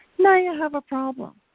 now you have a problem,